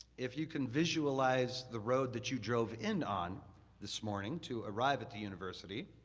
if you can visualize the road that you drove in on this morning to arrive at the university,